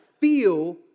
feel